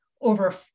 over